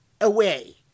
away